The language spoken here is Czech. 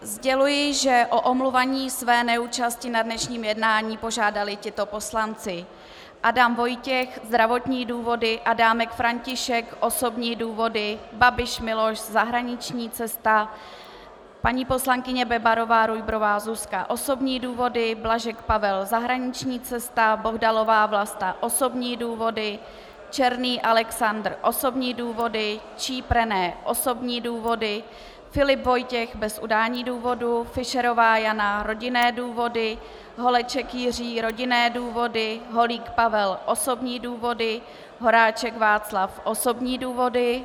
Sděluji, že o omluvení své neúčasti na dnešním jednání požádali tito poslanci: Adam Vojtěch zdravotní důvody, Adámek František osobní důvody, Babiš Miloš zahraniční cesta, paní poslankyně BebarováRujbrová Zuzka osobní důvody, Blažek Pavel zahraniční cesta, Bohdalová Vlasta osobní důvody, Černý Alexander osobní důvody, Číp René osobní důvody, Filip Vojtěch bez udání důvodu, Fischerová Jana rodinné důvody, Holeček Jiří rodinné důvody, Holík Pavel osobní důvody, Horáček Václav osobní důvody.